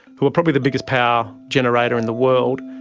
who are probably the biggest power generator in the world.